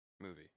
movie